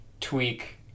tweak